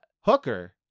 Hooker